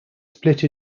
split